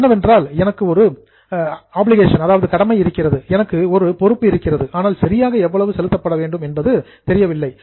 அது என்னவென்றால் எனக்கு ஒரு ஆப்பிளிகேஷன் கடமை இருக்கிறது எனக்கு ஒரு லியாபிலிடி பொறுப்பு இருக்கிறது ஆனால் சரியாக எவ்வளவு செலுத்தப்பட வேண்டும் என்பது தெரியவில்லை